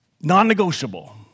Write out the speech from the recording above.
Non-negotiable